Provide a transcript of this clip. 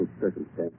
circumstance